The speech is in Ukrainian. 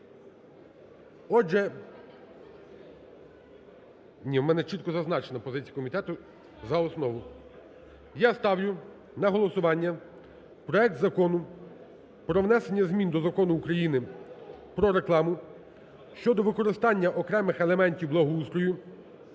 Отже… Ні, в мене чітко зазначено: позиція комітету – за основу. Я ставлю на голосування проект Закону про внесення змін до Закону України "Про рекламу" (щодо використання окремих елементів благоустрою